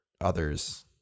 others-